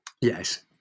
Yes